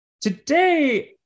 today